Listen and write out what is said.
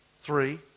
three